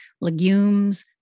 legumes